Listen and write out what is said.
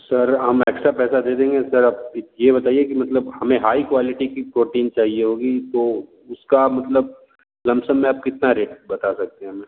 sir हम extra पैसा दे देंगे सर आप ये बताइए कि मतलब हमें हाई क्वालिटी की प्रोटीन चाहिए होगी तो उसका मतलब लमसम में आप कितना रेट बता सकते है हमें